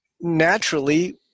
naturally